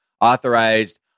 authorized